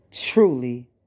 Truly